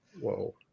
Whoa